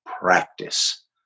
practice